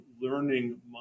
learning